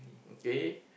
K